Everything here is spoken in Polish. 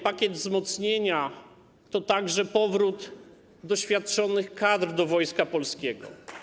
Pakiet wzmocnienia to także powrót doświadczonych kadr do Wojska Polskiego.